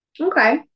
okay